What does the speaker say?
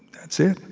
that's it.